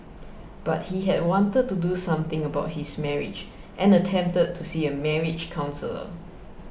but he had wanted to do something about his marriage and attempted to see a marriage counsellor